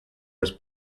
was